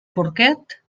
porquet